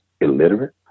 illiterate